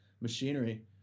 machinery